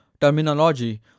Terminology